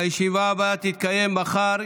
הישיבה הבאה תתקיים מחר,